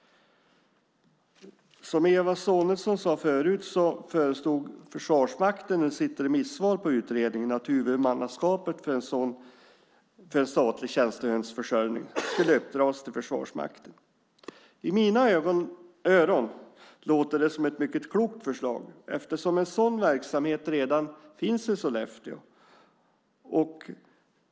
Som Eva Sonidsson sade förut föreslog Försvarsmakten i sitt remissvar på utredningen att huvudmannaskapet för en statlig tjänstehundsförsörjning skulle uppdras till Försvarsmakten. I mina öron låter det som ett mycket klokt förslag eftersom en sådan verksamhet redan finns i Sollefteå.